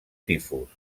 tifus